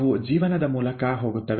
ಅವು ಜೀವನದ ಮೂಲಕ ಹೋಗುತ್ತವೆ